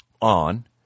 on